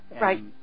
Right